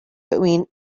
between